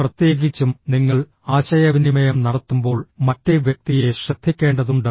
പ്രത്യേകിച്ചും നിങ്ങൾ ആശയവിനിമയം നടത്തുമ്പോൾ മറ്റേ വ്യക്തിയെ ശ്രദ്ധിക്കേണ്ടതുണ്ട്